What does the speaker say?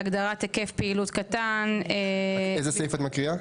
בהגדרת היקף פעילות קטן --- איזה סעיף את מקריאה?